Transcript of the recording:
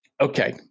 Okay